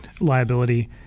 liability